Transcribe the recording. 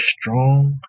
strong